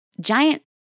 giant